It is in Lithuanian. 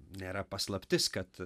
nėra paslaptis kad